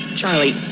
Charlie